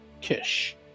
Kish